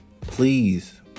Please